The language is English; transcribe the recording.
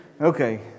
Okay